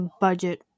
budget